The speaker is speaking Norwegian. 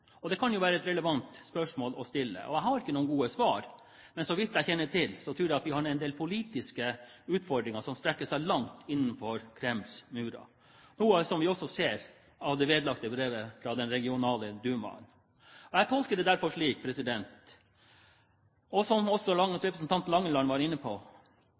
videre? Det kan være et relevant spørsmål å stille. Jeg har ikke noen gode svar, men så vidt jeg kjenner til, tror jeg at vi har en del politiske utfordringer som strekker seg langt innenfor Kremls murer, noe vi også ser av det vedlagte brevet fra den regionale Dumaen. Jeg tolker det derfor slik, som også representanten Langeland var inne på,